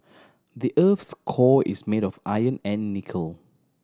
the earth's core is made of iron and nickel